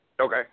Okay